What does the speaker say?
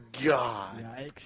god